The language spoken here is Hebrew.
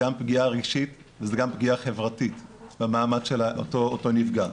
גם פגיעה נפשית וגם פגיעה חברתית במעמד של אותו נפגע.